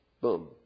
Boom